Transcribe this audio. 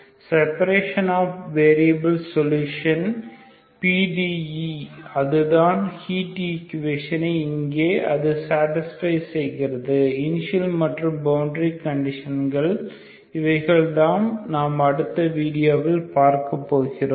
separation of variable solution PDE அதுதான் heat ஈக்குவேஷனை இங்கே அது சேடிஸ்பை செய்கிறது இனிஷியல் மற்றும் பவுண்டரி கண்டிஷன்கள் இவைகளை தான் நாம் அடுத்த வீடியோ வில் பார்க்கப்போகிறோம்